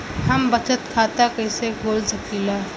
हम बचत खाता कईसे खोल सकिला?